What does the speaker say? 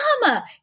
mama